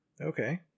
Okay